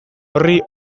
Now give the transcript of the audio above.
orri